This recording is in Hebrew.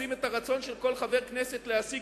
לשים בצד את הרצון של כל חבר כנסת להשיג